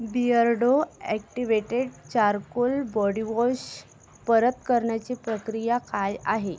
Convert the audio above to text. Beardo activated charcoal body wash परत करण्याची प्रक्रिया काय आहे